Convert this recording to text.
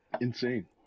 Insane